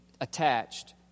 attached